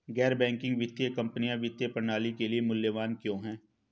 गैर बैंकिंग वित्तीय कंपनियाँ वित्तीय प्रणाली के लिए मूल्यवान क्यों हैं?